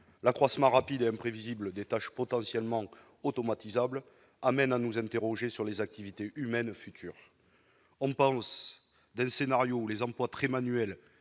L'accroissement rapide et imprévisible des tâches potentiellement automatisables nous amène à nous interroger sur les activités humaines futures. On passe d'un système où les emplois très manuels